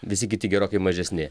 visi kiti gerokai mažesni